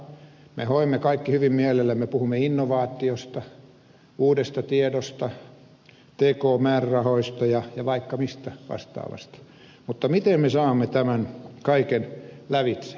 me hoemme puhumme kaikki hyvin mielellämme innovaatiosta uudesta tiedosta tk määrärahoista ja vaikka mistä vastaavasta mutta miten me saamme tämän kaiken lävitse